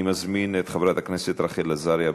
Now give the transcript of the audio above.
אני מזמין את חברת הכנסת רחל עזריה,